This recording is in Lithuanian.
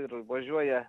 ir važiuoja